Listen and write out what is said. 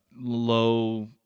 low